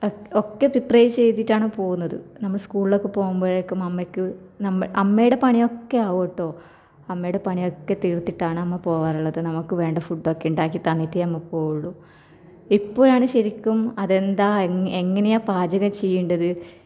ഏക് ഒക്കെ പ്രിപെയ്റ് ചെയ്തിട്ടാണ് പോകുന്നത് നമ്മൾ സ്കൂളിലേക്ക് പോകുമ്പഴേക്കും അമ്മക്ക് അമ്മയുടെ പണിയൊക്കെ ആകും കെട്ടോ അമ്മയുടെ പണിയൊക്കെ തീർത്തിട്ടാണ് അമ്മ പോകാറുള്ളത് നമുക്ക് വേണ്ട ഫുഡൊക്കെ ഉണ്ടാക്കി തന്നിട്ടേ അമ്മ പോവുകയുള്ളു ഇപ്പൊഴാണ് ശരിക്കും അതെന്താണ് എങ്ങനെയാണ് പാചകം ചെയ്യേണ്ടത്